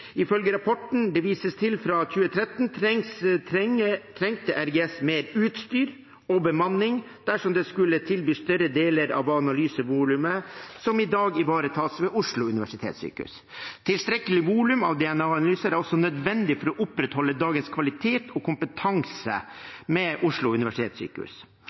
Ifølge rapporten det vises til fra 2013, trengte RGS mer utstyr og bemanning dersom det skulle tilbys større deler av analysevolumet som i dag ivaretas ved Oslo universitetssykehus. Tilstrekkelig volum av DNA-analyser er også nødvendig for å opprettholde dagens kvalitet og kompetanse ved Oslo universitetssykehus.